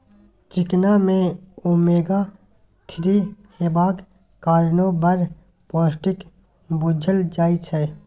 चिकना मे omega three हेबाक कारणेँ बड़ पौष्टिक बुझल जाइ छै